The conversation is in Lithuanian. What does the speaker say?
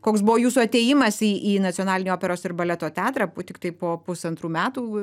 koks buvo jūsų atėjimas į į nacionalinį operos ir baleto teatrą tiktai po pusantrų metų